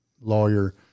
lawyer